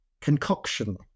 concoction